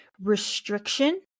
Restriction